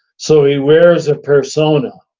so he wears a persona